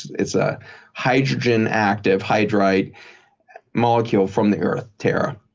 it's a hydrogen act of hydrite molecule from the earth, terra.